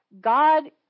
God